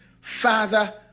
father